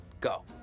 Go